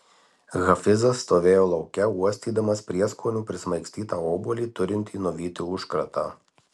hafizas stovėjo lauke uostydamas prieskonių prismaigstytą obuolį turintį nuvyti užkratą